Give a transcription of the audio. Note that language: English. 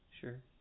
Sure